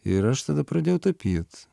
ir aš tada pradėjau tapyt